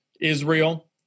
Israel